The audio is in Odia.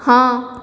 ହଁ